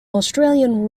australian